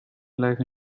life